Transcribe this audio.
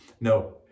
No